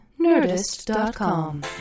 Nerdist.com